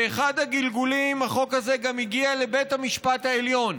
שבאחד הגלגולים החוק הזה גם הגיע לבית המשפט העליון,